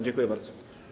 Dziękuję bardzo.